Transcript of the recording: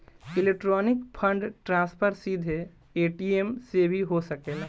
electronic fund transfer सीधे ATM से भी हो सकेला